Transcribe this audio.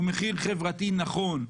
הוא מחיר חברתי נכון.